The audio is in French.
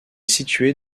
située